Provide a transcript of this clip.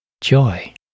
joy